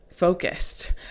focused